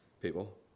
people